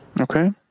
Okay